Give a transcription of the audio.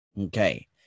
Okay